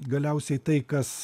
galiausiai tai kas